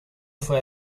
fue